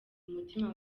umutima